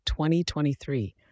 2023